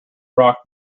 rock